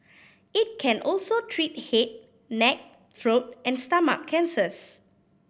it can also treat head neck throat and stomach cancers